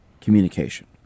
communication